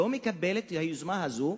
לא מקבלת את היוזמה הזאת,